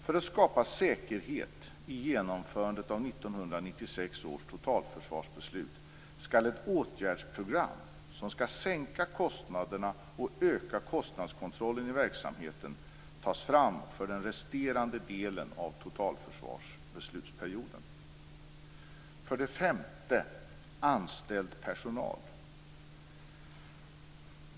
För att skapa säkerhet i genomförandet av 1996 års totalförsvarsbeslut skall ett åtgärdsprogram som skall sänka kostnaderna och öka kostnadskontrollen i verksamheten tas fram för den resterande delen av totalförsvarsbeslutsperioden. För det femte gäller det anställd personal.